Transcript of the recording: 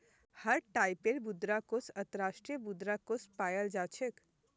हर टाइपेर मुद्रा कोष अन्तर्राष्ट्रीय मुद्रा कोष पायाल जा छेक